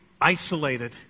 isolated